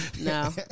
No